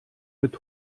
mit